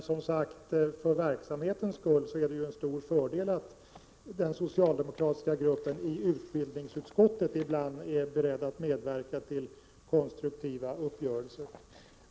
Men för verksamhetens skull är det som sagt en stor fördel att den socialdemokratiska gruppen i utbildningsutskottet ibland är beredd att medverka till konstruktiva uppgörelser.